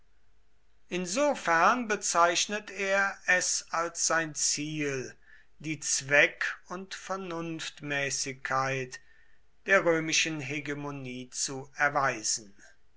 insofern bezeichnet er es als sein ziel die zweck und vernunftmäßigkeit der römischen hegemonie zu erweisen